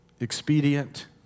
expedient